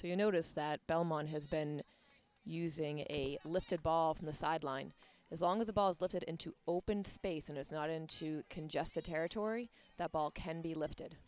so you notice that belmont has been using a lifted ball from the sideline as long as the ball is lifted into open space and is not into congested territory that ball can be lifted